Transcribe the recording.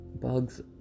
Bugs